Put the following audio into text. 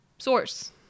source